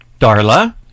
Darla